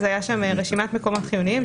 הייתה שם רשימת מקומות חיוניים,